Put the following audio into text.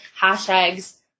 hashtags